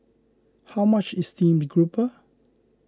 how much is Steamed Garoupa